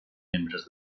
membres